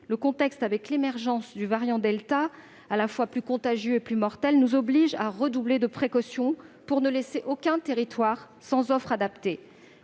de se reposer. L'émergence du variant delta, à la fois plus contagieux et plus mortel, nous oblige à redoubler de précautions pour ne laisser aucun territoire sans offre adaptée.